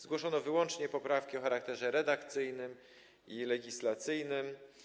Zgłoszono wyłącznie poprawki o charakterze redakcyjnym i legislacyjnym.